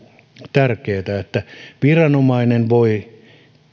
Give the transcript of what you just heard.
tärkeätä että viranomainen voi